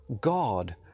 God